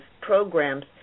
programs